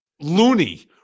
loony